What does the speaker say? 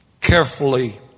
Carefully